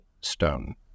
stone